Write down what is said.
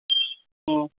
ہوں